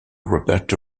roberto